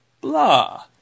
blah